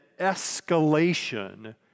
escalation